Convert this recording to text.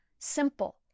Simple